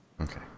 Okay